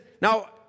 now